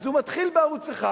אז הוא מתחיל בערוץ-1.